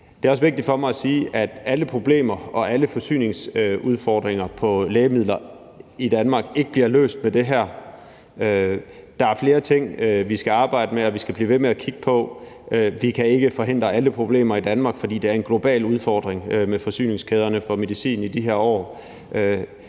Det er også vigtigt for mig at sige, at alle problemer og alle forsyningsudfordringer i forhold til lægemidler i Danmark ikke bliver løst med det her. Der er flere ting, vi skal arbejde med, og som vi skal blive ved med at kigge på. Vi kan ikke forhindre alle problemer i Danmark, for det er en global udfordring med forsyningskæderne for medicin i de her år,